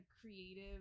creative